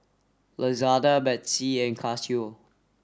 Lazada Betsy and Casio